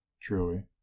truly